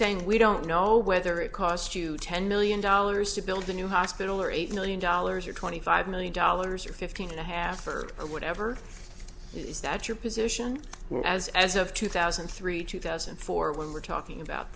saying we don't know whether it cost you ten million dollars to build a new hospital or eight million dollars or twenty five million dollars or fifteen and a half or whatever it is that your position were as as of two thousand and three two thousand and four when we're talking about